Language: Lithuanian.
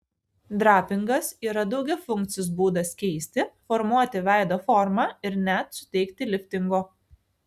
drapingas yra daugiafunkcis būdas keisti formuoti veido formą ir net suteikti liftingo